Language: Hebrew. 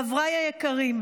חבריי היקרים,